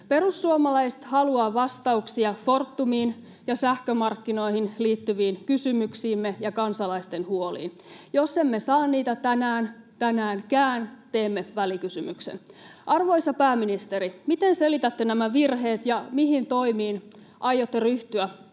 Perussuomalaiset haluavat vastauksia Fortumiin ja sähkömarkkinoihin liittyviin kysymyksiimme ja kansalaisten huoliin. Jos emme saa niitä tänäänkään, teemme välikysymyksen. Arvoisa pääministeri, miten selitätte nämä virheet, ja mihin toimiin aiotte ryhtyä